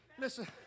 Listen